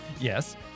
Yes